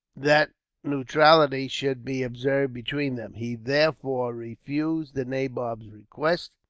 that neutrality should be observed between them. he therefore refused the nabob's request,